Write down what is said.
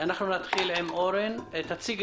כמו שצוין,